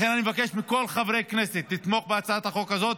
לכן אני מבקש מכל חברי הכנסת לתמוך בהצעת החוק הזאת,